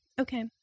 Okay